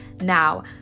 now